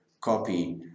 COPY